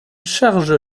charge